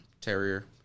terrier